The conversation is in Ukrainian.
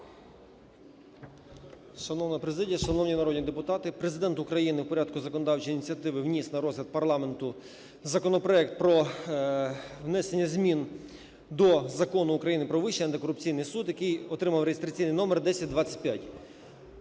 Шановна президія, шановні народні депутати, Президент України в порядку законодавчої ініціативи вніс на розгляд парламенту законопроект про внесення зміни до Закону України "Про Вищий антикорупційний суд", який отримав реєстраційний номер 1025.